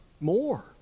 more